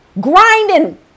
grinding